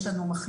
יש לנו סדר